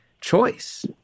choice